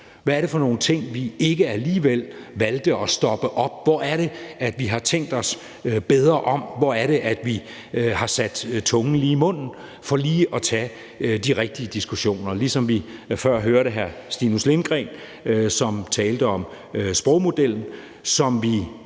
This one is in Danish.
Hvad er det for nogle ting, vi alligevel ikke valgte at stoppe op over for? Hvor er det, vi har tænkt os bedre om? Hvor er det, vi har sat tungen lige i munden for lige at tage de rigtige diskussioner? Vi hørte på samme måde før hr. Stinus Lindgreen, som talte om sprogmodellen, som vi